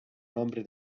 nombre